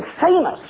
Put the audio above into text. famous